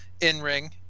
in-ring